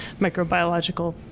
microbiological